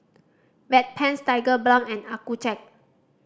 Bedpans Tigerbalm and Accucheck